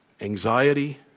anxiety